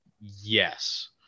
yes